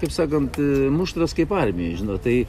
kaip sakant muštras kaip armijoj žinot tai